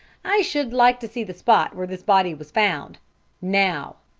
i should like to see the spot where this body was found now.